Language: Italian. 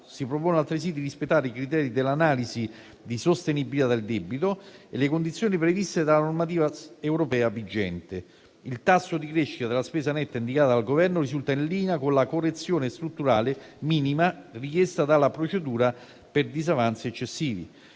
Si propone altresì di rispettare i criteri dell'analisi di sostenibilità del debito e le condizioni previste dalla normativa europea vigente. Il tasso di crescita della spesa netta indicata dal Governo risulta in linea con la correzione strutturale minima richiesta dalla procedura per disavanzi eccessivi.